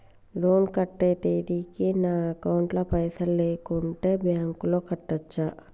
Loan కట్టే తేదీకి నా అకౌంట్ లో పైసలు లేకుంటే బ్యాంకులో కట్టచ్చా?